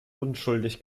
unschuldig